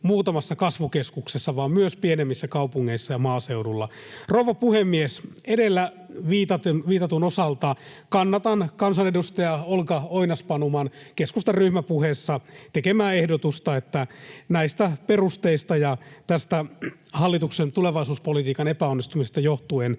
muutamassa kasvukeskuksessa vaan myös pienemmissä kaupungeissa ja maaseudulla. Rouva puhemies! Edellä viitatun osalta kannatan kansanedustaja Olga Oinas-Panuman keskustan ryhmäpuheessa tekemää ehdotusta, että näistä perusteista ja tästä hallituksen tulevaisuuspolitiikan epäonnistumisesta johtuen